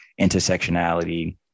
intersectionality